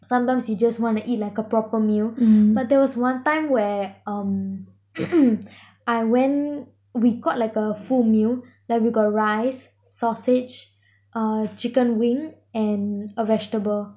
sometimes you just wanna eat like a proper meal but there was one time where um I went we got like a full meal like we got rice sausage uh chicken wing and a vegetable